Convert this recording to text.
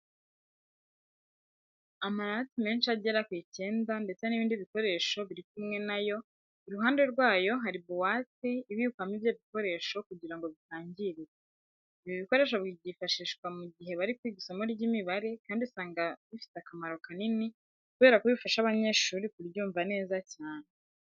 Amarati menshi agera ku icyenda ndetse n'ibindi bikoresho biri kumwe na yo, iruhande rwayo hari buwate ibikwamo ibyo bikoresho kugira ngo bitangirika. Ibi bikoresho byifashishwa mu gihe bari kwiga isomo ry'imibare kandi usanga bifite akamaro kanini kubera ko bifasha abanyeshuri kuryumva neza cyane.